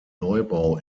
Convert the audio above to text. neubau